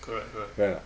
correct correct ya